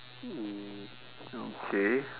mm okay